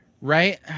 Right